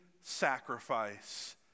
sacrifice